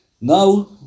Now